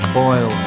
boil